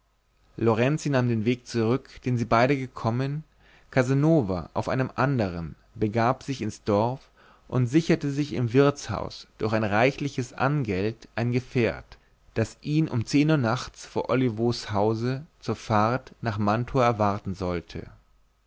lorenzi nahm den weg zurück den sie beide gekommen casanova auf einem andern begab sich ins dorf und sicherte sich im wirtshaus durch ein reichliches angeld ein gefährt das ihn um zehn uhr nachts vor olivos hause zur fahrt nach mantua erwarten sollte